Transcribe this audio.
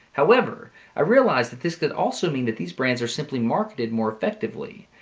however i realized that this could also mean that these brands are simply marketed more effectively.